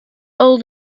all